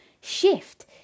shift